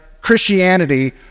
Christianity